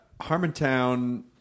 Harmontown